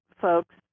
folks